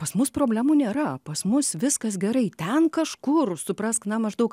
pas mus problemų nėra pas mus viskas gerai ten kažkur suprask na maždaug